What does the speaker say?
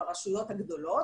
ברשויות הגדולות,